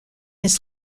his